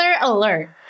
alert